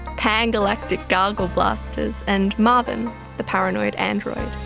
pan galactic gargle blasters and marvin the paranoid android.